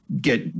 get